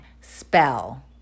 spell